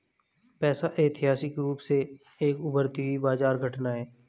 पैसा ऐतिहासिक रूप से एक उभरती हुई बाजार घटना है